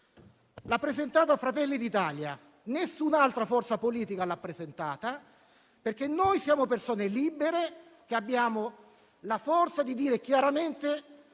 l'ha presentata Fratelli d'Italia (nessun'altra forza politica l'ha presentata), perché noi siamo persone libere che hanno la forza di dire chiaramente